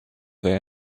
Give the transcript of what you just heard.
they